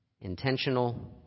Intentional